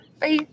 Bye